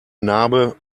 narbe